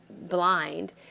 blind